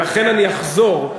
ולכן אני אחזור,